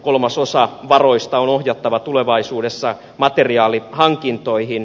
kolmasosa varoista on ohjattava tulevaisuudessa materiaalihankintoihin